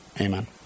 Amen